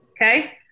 Okay